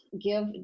give